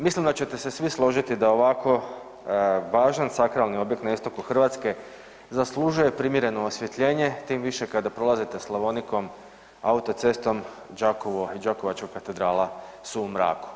Mislim da ćete se svi složiti da ovako važan sakralan objekt na istoku Hrvatske zaslužuje primjereno osvjetljenje, tim više kada prolazite Slavonikom autocestom Đakovo i Đakovačka katedrala su u mraku.